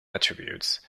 attributes